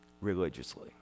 religiously